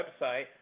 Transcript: website